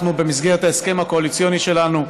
אנחנו, במסגרת ההסכם הקואליציוני שלנו,